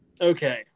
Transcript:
Okay